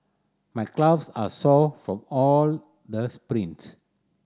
my calves are sore from all the sprints